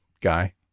guy